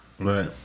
Right